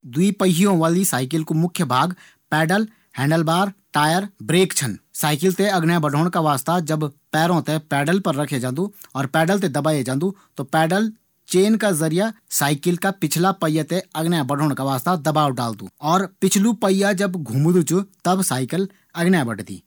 दुइ पाहियों वाली साईकिल कू मुख्य भाग pedal, handle bar, tyre, brake छन। साईकिल थें अग्ने बढ़ोण का वास्ता ज़ब पैरों थें पैडल पर रखे जांदू और पैडल थें दबाये जांदू त पैडल चैन का जरिया साईकिल का पिछला पहिया थें अगने बढ़ोण का वास्ता दबाव डालदू। पिछलु पहिया ज़ब घुमदू च त साईकिल अगने बढ़दी।